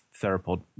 theropod